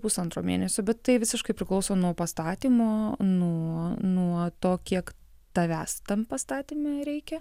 pusantro mėnesio bet tai visiškai priklauso nuo pastatymo nuo nuo to kiek tavęs tam pastatyme reikia